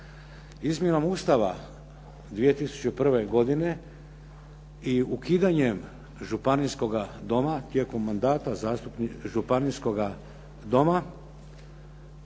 Izmjenom Ustava 2001. godine i ukidanjem Županijskog doma tijekom mandata Županijskoga doma,